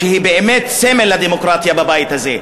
שהיא באמת סמל הדמוקרטיה בבית הזה.